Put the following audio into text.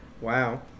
Wow